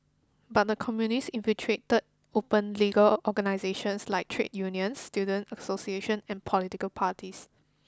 but the Communists infiltrated open legal organisations like Trade Unions student association and political parties